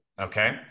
Okay